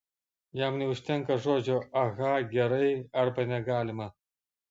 jam neužtenka žodžio aha gerai arba negalima